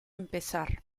empezar